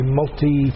multi